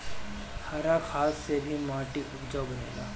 हरा खाद से भी माटी उपजाऊ बनेला